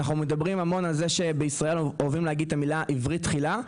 אנחנו מדברים המון על זה שבישראל אוהבים להגיד: עברית תחילה,